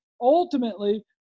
ultimately